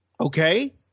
okay